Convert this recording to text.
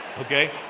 okay